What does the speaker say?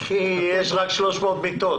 כי יש רק 300 מיטות.